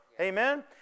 Amen